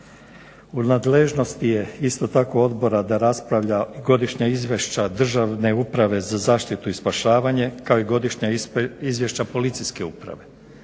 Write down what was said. U nadležnosti je isto tako odbora da raspravlja godišnja izvješća Državne uprave za zaštitu i spašavanje, kao i godišnja izvješća policijske uprave.